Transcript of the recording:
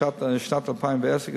בשנת 2010,